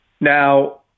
Now